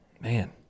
Man